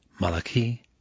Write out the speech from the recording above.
Malachi